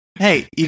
Hey